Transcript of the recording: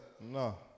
no